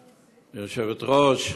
היושבת-ראש,